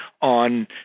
on